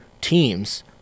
teams